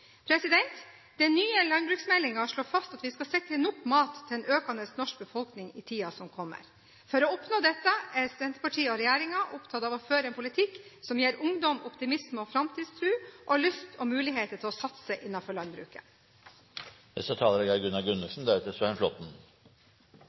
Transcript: Den nye landbruksmeldingen slår fast at vi skal sikre nok mat til en økende norsk befolkning i tiden som kommer. For å oppnå dette er Senterpartiet og regjeringen opptatt av å føre en politikk som gir ungdom optimisme og framtidstro og lyst og muligheter til å satse